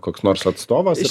koks nors atstovas